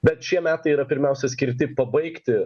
bet šie metai yra pirmiausia skirti pabaigti